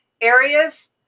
areas